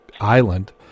Island